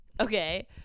Okay